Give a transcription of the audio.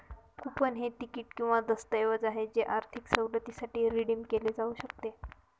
coupon हे तिकीट किंवा दस्तऐवज आहे जे आर्थिक सवलतीसाठी रिडीम केले जाऊ शकते